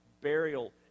burial